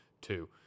two